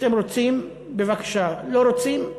אתם רוצים, בבקשה, לא רוצים,